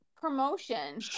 promotion